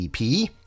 ep